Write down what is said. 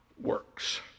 works